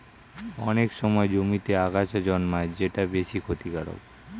অনেক সময় জমিতে আগাছা জন্মায় যেটা বেশ ক্ষতিকারক